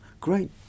great